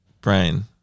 brain